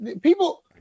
people